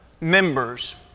members